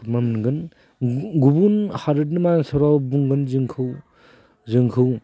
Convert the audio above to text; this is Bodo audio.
मोनगोन गुबुन हादरनि मानसिफोरा बुंगोन जोंखौ जोंखौ